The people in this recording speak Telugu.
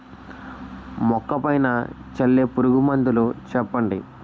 మొక్క పైన చల్లే పురుగు మందులు చెప్పండి?